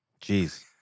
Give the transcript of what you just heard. Jeez